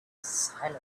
silently